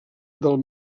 del